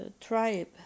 tribe